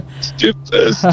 Stupid